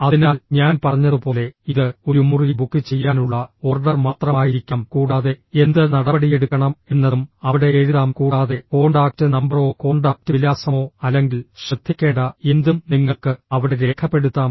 അതിനാൽ ഞാൻ പറഞ്ഞതുപോലെ ഇത് ഒരു മുറി ബുക്ക് ചെയ്യാനുള്ള ഓർഡർ മാത്രമായിരിക്കാം കൂടാതെ എന്ത് നടപടിയെടുക്കണം എന്നതും അവിടെ എഴുതാം കൂടാതെ കോൺടാക്റ്റ് നമ്പറോ കോൺടാക്റ്റ് വിലാസമോ അല്ലെങ്കിൽ ശ്രദ്ധിക്കേണ്ട എന്തും നിങ്ങൾക്ക് അവിടെ രേഖപ്പെടുത്താം